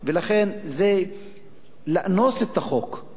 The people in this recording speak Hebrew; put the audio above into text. לכן זה לאנוס את החוק,